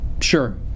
sure